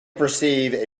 perceive